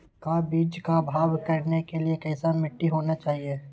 का बीज को भाव करने के लिए कैसा मिट्टी होना चाहिए?